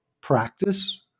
practice